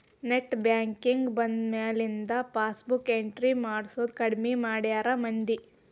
net banking ಬಂದ್ಮ್ಯಾಲಿಂದ passbook entry ಮಾಡ್ಸೋದ್ ಕಡ್ಮಿ ಮಾಡ್ಯಾರ ಮಂದಿ